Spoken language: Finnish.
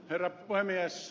herra puhemies